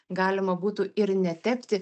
galima būtų ir netepti